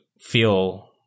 feel